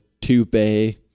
two-bay